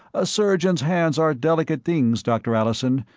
a surgeon's hands are delicate things, doctor allison,